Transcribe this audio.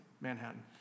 Manhattan